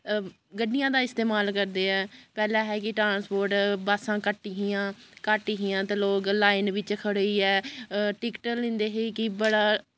गड्डियां दा इस्तेमाल करदे ऐ पैह्लें हा कि ट्रांस्पोर्ट बस्सां घट्ट हियां घट्ट हियां ते लोक लाइन बिच्च खड़े होइयै टिकट लैंदे हे कि बड़ा